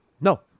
No